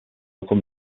local